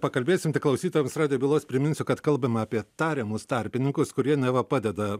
pakalbėsim tik klausytojams radijo bylos priminsiu kad kalbame apie tariamus tarpininkus kurie neva padeda